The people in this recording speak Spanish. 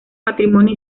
patrimonio